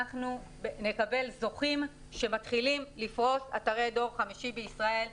אנחנו נקבל זוכים שמתחילים לפרוס אתרי דור חמישי בישראל.